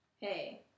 hey